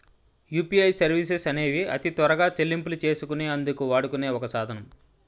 UPI services అనేవి అతి త్వరగా చెల్లింపులు చేసుకునే అందుకు వాడుకునే ఒక సాధనం